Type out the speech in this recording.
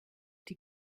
die